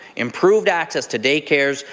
improved access to daycares,